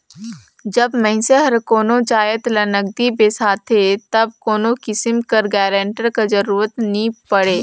जब मइनसे हर कोनो जाएत ल नगदी बेसाथे तब कोनो किसिम कर गारंटर कर जरूरत नी परे